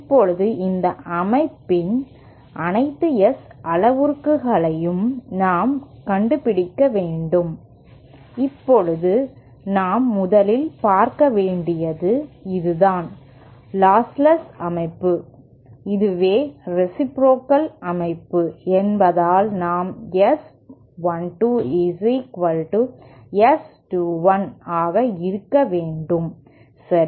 இப்போது இந்த அமைப்பின் அனைத்து S அளவுருக்களையும் நாம் கண்டுபிடிக்க வேண்டும் இப்போது நாம் முதலில் பார்க்க வேண்டியது இதுதான் லாஸ்ட்லெஸ் அமைப்பு இதுவும் ரேசிப்ரோகல் அமைப்பு என்பதால் நாம் S 1 2 S 2 1 ஆக இருக்க வேண்டும் சரி